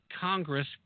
Congress